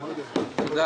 אה,